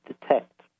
detect